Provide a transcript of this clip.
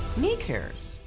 me cares!